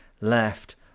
left